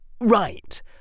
Right